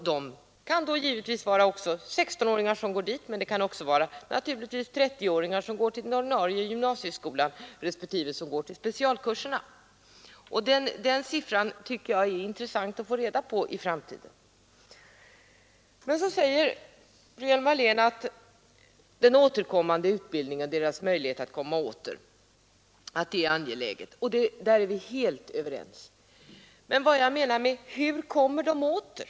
De kan givetvis vara 16-åringar, men de kan också vara 30-åringar som går till den ordinarie gymnasieskolan respektive till specialkurserna. Den siffran tycker jag är intressant att få reda på. Likaså sade fru Hjelm-Wallén att den återkommande utbildningen, alltså elevernas möjligheter att komma tillbaka igen, är mycket värdefull. Ja, där är vi helt överens. Men jag vill fråga: Hur kommer de åter?